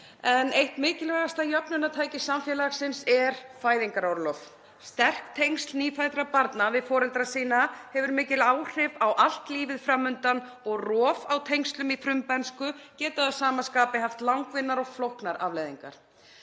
En eitt mikilvægasta jöfnunartæki samfélagsins er fæðingarorlof. Sterk tengsl nýfæddra barna við foreldra sína hafa mikil áhrif á allt lífið fram undan og rof á tengslum í frumbernsku getur að sama skapi haft langvinnar og flóknar afleiðingar.